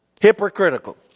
hypocritical